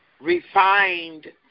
refined